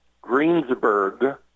Greensburg